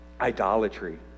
idolatry